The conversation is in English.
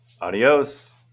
Adios